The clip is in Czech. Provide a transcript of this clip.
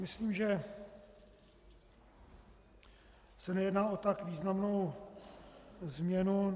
Myslím, že se nejedná o tak významnou změnu.